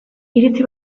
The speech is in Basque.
iritzi